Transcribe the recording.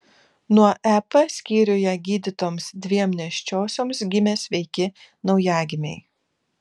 nuo ep skyriuje gydytoms dviem nėščiosioms gimė sveiki naujagimiai